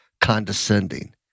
condescending